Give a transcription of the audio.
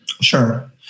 Sure